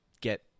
get